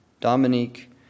Dominique